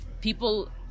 people